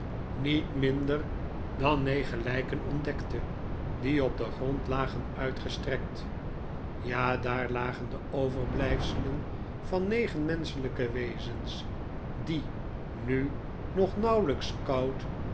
niet minder dan negen lijken ontdekte die op den grond lagen uitgestrekt ja daar lagen de overblijfselen van negen menschelijke wezens die nu nog nauwelijks koud